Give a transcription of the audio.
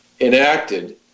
enacted